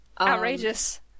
Outrageous